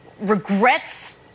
regrets –